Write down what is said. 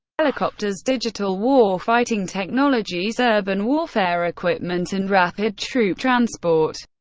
helicopters, digital war-fighting technologies, urban warfare equipment and rapid troop transport.